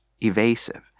evasive